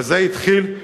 וזה התחיל,